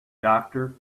doctor